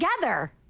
together